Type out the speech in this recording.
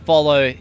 Follow